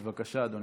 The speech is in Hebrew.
בבקשה, אדוני.